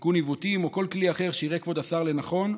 תיקון עיוותים או כל כלי אחר שיראה כבוד השר לנכון,